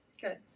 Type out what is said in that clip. Good